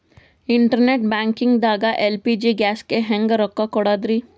Internet banking ದಾಗ LPG ಗ್ಯಾಸ್ಗೆ ಹೆಂಗ್ ರೊಕ್ಕ ಕೊಡದ್ರಿ?